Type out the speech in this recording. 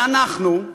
ואנחנו,